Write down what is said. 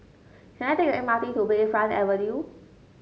can I take M R T to Bayfront Avenue